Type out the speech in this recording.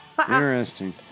interesting